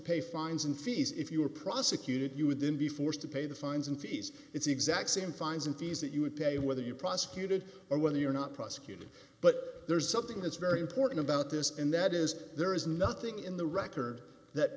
pay fines and fees if you were prosecuted you would then be forced to pay the fines and fees it's the exact same fines and fees that you would pay whether you prosecuted or whether you're not prosecuted but there's something that's very important about this and that is there is nothing in the record that